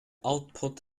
output